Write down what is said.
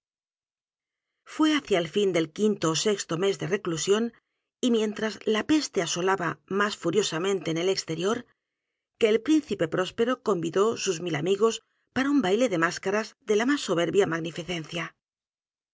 é hacia el fin del quinto ó sexto mes de reclusión y mientras la peste asolaba más furiosamente en el exterior que el príncipe próspero convidó sus mil amigos para un baile de máscaras de la más soberbia magnificencia